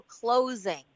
closing